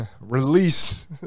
release